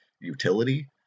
utility